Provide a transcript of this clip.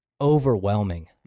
Overwhelming